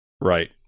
Right